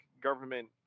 government